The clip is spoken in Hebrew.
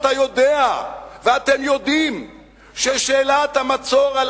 אתה יודע ואתם יודעים ששאלת המצור על